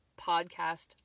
podcast